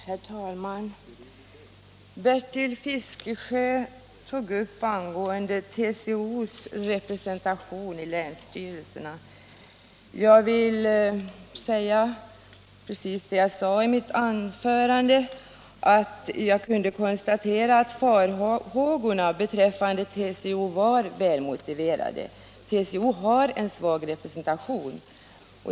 Herr talman! Bertil Fiskesjö tog upp TCO:s representation i länsstyrelserna. Jag vill säga precis detsamma som i mitt huvudanförande, nämligen att jag kunde konstatera att farhågorna beträffande TCO var välmotiverade. TCO har en svag representation.